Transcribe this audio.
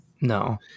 No